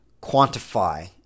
quantify